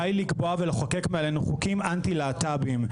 די לקבוע ולחוקק מעלינו חוקים אנטי להט"בים.